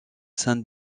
sainte